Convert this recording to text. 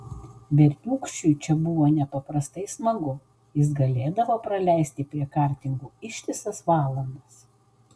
berniūkščiui čia buvo nepaprastai smagu jis galėdavo praleisti prie kartingų ištisas valandas